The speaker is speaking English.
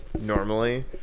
normally